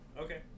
Okay